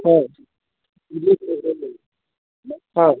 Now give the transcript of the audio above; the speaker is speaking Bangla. হ্যাঁ হ্যাঁ